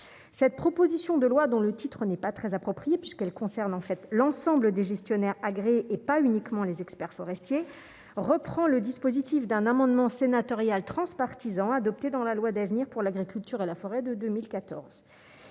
cette proposition de loi dont le titre n'est pas très approprié puisqu'elle concerne en fait l'ensemble des gestionnaires agréé et pas uniquement les experts forestiers reprend le dispositif d'un amendement sénatorial transpartisan adoptées dans la loi d'avenir pour l'agriculture à la forêt de 2014,